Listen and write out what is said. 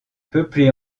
peuplée